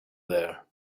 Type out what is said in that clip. there